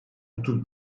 otuz